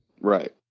Right